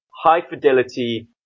high-fidelity